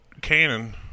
cannon